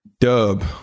Dub